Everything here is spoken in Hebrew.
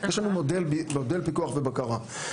יש לנו מודל פיקוח ובקרה.